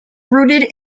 rooted